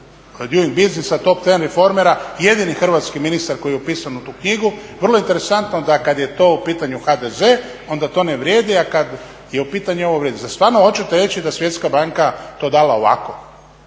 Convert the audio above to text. Doing buisnessa top 10 reformera jedini hrvatski ministar koji je upisan u tu knjigu. Vrlo je interesantno da kada je to u pitanju HDZ onda to ne vrijedi, a kada je u pitanju …. Zar stvarno hoćete reći da Svjetska banka to dala ovako,